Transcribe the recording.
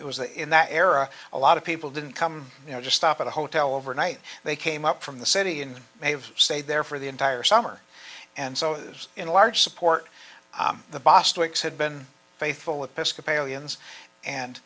was in that era a lot of people didn't come you know just stop at a hotel overnight they came up from the city and may have stayed there for the entire summer and so it was in large support the bostwick had been faithful